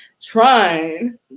Trying